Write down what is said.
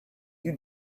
you